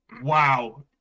Wow